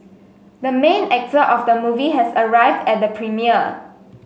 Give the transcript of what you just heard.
the main actor of the movie has arrived at the premiere